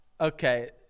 okay